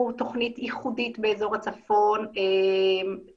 יש לנו תוכנית ייחודית באזור הצפון לאוכלוסייה